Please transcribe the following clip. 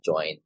join